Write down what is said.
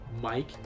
mike